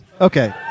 Okay